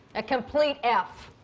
a complete f.